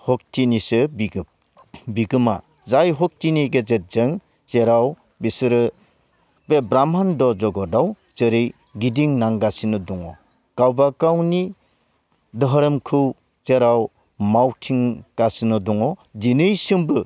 सक्तिनिसो बिगोमा जाय सक्तिनि गेजेरजों जेराव बिसोरो बे ब्रह्मान्द' जगतआव जेरै गिदिंनांगासिनो दङ गावबागावनि धोरोमखौ जेराव मावथिं गासिनो दङ दिनैसिमबो